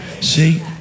See